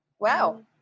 Wow